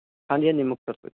ਹਾਂਜੀ ਹਾਂਜੀ ਮੁਕਤਸਰ ਤੋਂ